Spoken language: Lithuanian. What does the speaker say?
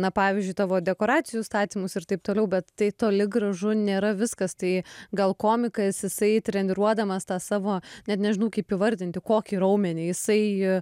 na pavyzdžiui tavo dekoracijų statymus ir taip toliau bet tai toli gražu nėra viskas tai gal komikas jisai treniruodamas tą savo net nežinau kaip įvardinti kokį raumenį jisai